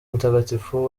mutagatifu